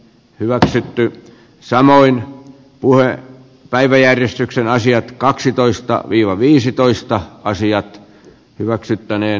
hyväksytty samoin puhe päiväjärjestykseen asiat kaksitoista viiva viisitoista asia hyväksyttäneen